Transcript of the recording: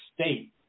state